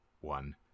One